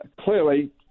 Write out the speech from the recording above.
clearly